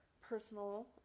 personal